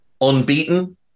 unbeaten